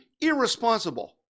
irresponsible